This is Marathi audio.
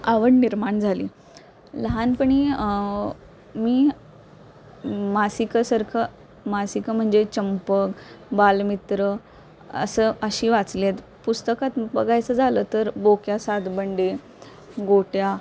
आवड निर्माण झाली लहानपणी मी मासिकसारखं मासिकं म्हणजे चंपक बालमित्र असं अशी वाचलेत पुस्तकात बघायचं झालं तर बोक्या सादंडे गोट्या